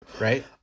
right